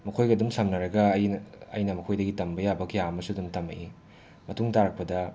ꯃꯈꯣꯏꯒ ꯑꯗꯨꯝ ꯁꯝꯅꯔꯒ ꯑꯩꯅ ꯑꯩꯅ ꯃꯈꯣꯏꯗꯒꯤ ꯇꯝꯕ ꯌꯥꯕ ꯀꯌꯥ ꯑꯃꯁꯨ ꯑꯗꯨꯝ ꯇꯝꯃꯛꯏ ꯃꯇꯨꯡ ꯇꯥꯔꯛꯄꯗ